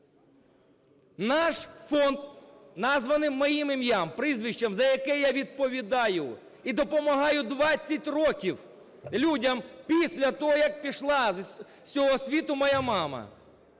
Наш фонд названий моїм ім'ям, прізвищем, за яке я відповідаю, і допомагаю 20 років людям після того, як пішла з цього світу моя мама.